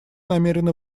намерены